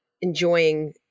enjoying